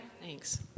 thanks